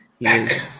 Back